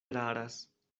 eraras